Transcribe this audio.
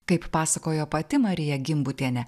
kaip pasakojo pati marija gimbutienė